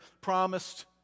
promised